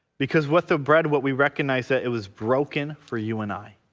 because what the bread what we recognize that it was broken for you and i